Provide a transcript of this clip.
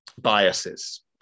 biases